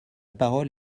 parole